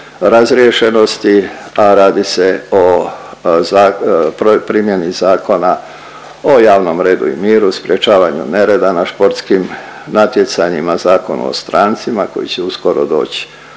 razriješenosti, a radi se o .../nerazumljivo/... primjeni Zakona o javnom redu i miru, sprječavanju nereda na športskim natjecanjima, Zakonu o strancima koji će uskoro doći